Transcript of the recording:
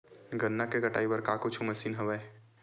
गन्ना के कटाई बर का कुछु मशीन हवय?